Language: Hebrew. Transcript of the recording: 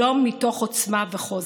שלום מתוך עוצמה וחוזק.